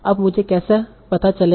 अब मुझे कैसे पता चलेगा